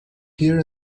here